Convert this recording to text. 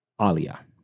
Alia